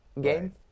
game